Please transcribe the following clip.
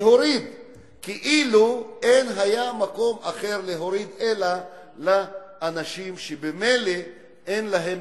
כאילו אין מקום אחר להוריד אלא מאנשים שממילא אין להם.